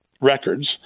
records